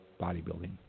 bodybuilding